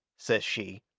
says she.